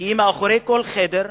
כי מאחורי כל חדר,